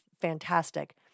fantastic